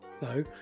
no